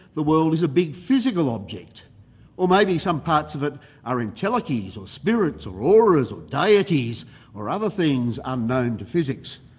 the world is a big physical object or maybe some parts of it are and intellecies or spirits, or auras or deities or other things unknown to physics.